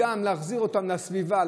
להחזיר אותם לסביבה,